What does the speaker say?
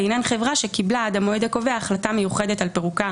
לעניין חברה שקיבלה עד המועד הקובע החלטה מיוחדת על פירוקה